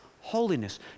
holiness